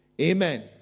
Amen